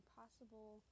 possible